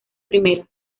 primera